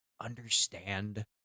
understand